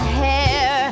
hair